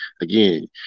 Again